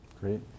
Great